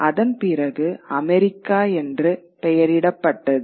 அதன் பிறகு அமெரிக்கா என்று பெயரிடப்பட்டது